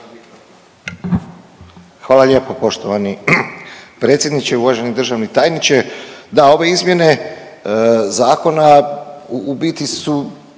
Hvala lijepo poštovani predsjedniče. Uvaženi državni tajniče, da ove izmjene zakona u biti su